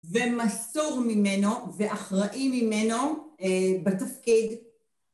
ומסור ממנו ואחראי ממנו בתפקיד.